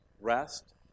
rest